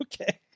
okay